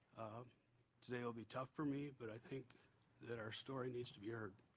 today will be tough for me but i think that our story needs to be heard.